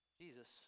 Jesus